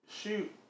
Shoot